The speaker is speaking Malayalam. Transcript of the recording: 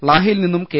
ളാഹയിൽ നിന്നും കെ